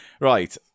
Right